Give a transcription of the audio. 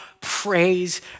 praise